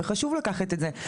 וחשוב לקחת את זה.